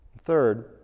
Third